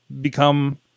become